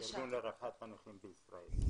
ארגון לרווחת הנכים בישראל.